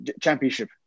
Championship